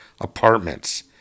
apartments